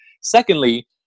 Secondly